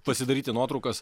pasidaryti nuotraukas